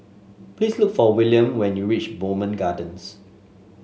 please look for Willam when you reach Bowmont Gardens